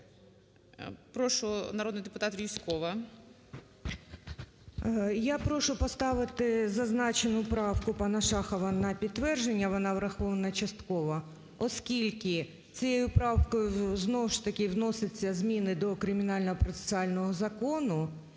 Прошу, народний депутат Юзькова. 13:18:21 ЮЗЬКОВА Т.Л. Я прошу поставити зазначену правку пана Шахова на підтвердження (вона врахована частково), оскільки цією правкою знову ж таки вносяться зміни до кримінально-процесуального закону,